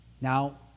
Now